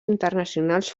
internacionals